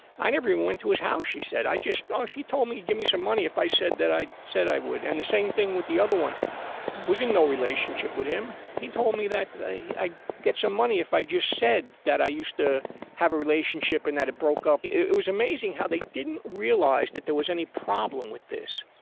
i never went to his house. she said. i just. but um she told me, give me some money. if i said that, i said i would. and the same thing with the other one was in no relationship with him. he told me that i get some money. if i just said that i used to have a relationship and that it broke up. it was amazing how they didn't realize that there was any problem with this